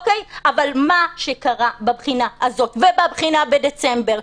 אבל מה שקרה בבחינה הזאת ובבחינה בדצמבר,